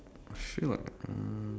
actually what uh